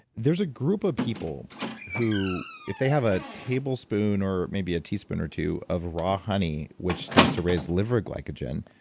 there's a group of people who if they have a tablespoon or maybe a teaspoon or two of raw honey, which tends to raise liver glycogen,